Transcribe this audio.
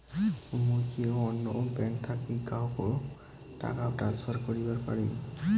মুই কি অন্য ব্যাঙ্ক থাকি কাহকো টাকা ট্রান্সফার করিবার পারিম?